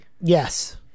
Yes